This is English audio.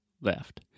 left